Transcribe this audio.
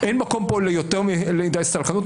אין מקום פה ליותר מדי הססנות.